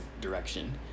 direction